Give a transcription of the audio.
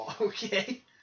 Okay